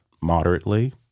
moderately